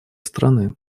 страны